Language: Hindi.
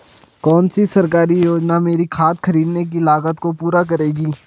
कौन सी सरकारी योजना मेरी खाद खरीदने की लागत को पूरा करेगी?